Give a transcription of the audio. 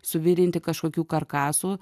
suvirinti kažkokių karkasų